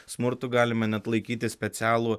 smurtu galime net laikyti specialų